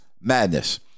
madness